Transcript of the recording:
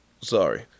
sorry